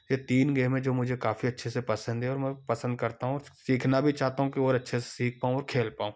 यह तीन गेम हैं जो मुझे जो मुझे काफ़ी अच्छे से पसंद है और मैं पसंद करता हूँ सीखना भी चाहता हूँ कि और अच्छे से सीख पाऊँ और खेल पाऊँ